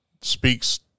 speaks